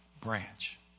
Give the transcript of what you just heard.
branch